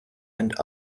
and